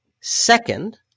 Second